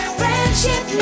friendship